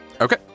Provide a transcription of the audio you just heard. Okay